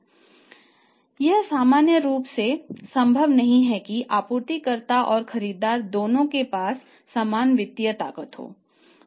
इसलिए यह सामान्य रूप से संभव नहीं है कि आपूर्तिकर्ता और खरीदार दोनों के पास समान वित्तीय ताकत हो